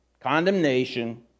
condemnation